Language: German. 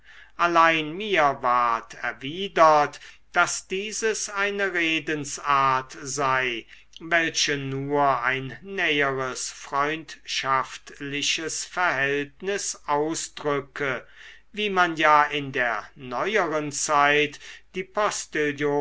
allein mir ward erwidert daß dieses eine redensart sei welche nur ein näheres freundschaftliches verhältnis ausdrücke wie man ja in der neueren zeit die